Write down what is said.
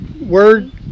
word